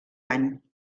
any